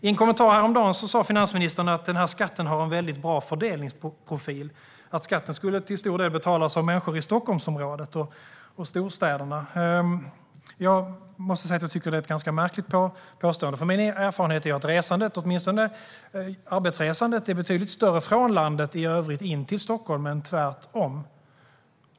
I en kommentar häromdagen sa finansministern att skatten har en bra fördelningsprofil. Skatten skulle till stor del betalas av människor i Stockholmsområdet och storstäderna. Jag tycker att det är ett märkligt påstående. Min erfarenhet är att resandet, åtminstone arbetsresandet, är betydligt större från landet in till Stockholm än tvärtom.